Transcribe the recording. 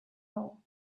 hole